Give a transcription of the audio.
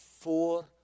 four